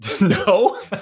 No